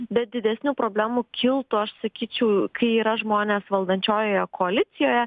bet didesnių problemų kiltų aš sakyčiau kai yra žmonės valdančiojoje koalicijoje